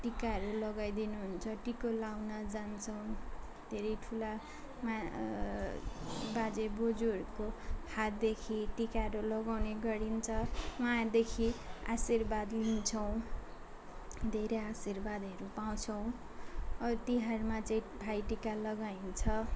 टिकाहरू लगाइ दिनुहुन्छ टिको लाउन जान्छौँ धेरै ठुलामा बाजे बोज्यूहरूको हातदेखि टिकाहरू लगाउने गरिन्छ उहाँदेखि आशिर्वाद लिन्छौँ धेरै आशिर्वादहरू पाउँछौँ तिहारमा चाहिँ भाइटिका लगाइन्छ